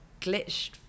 glitched